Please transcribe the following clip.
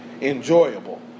enjoyable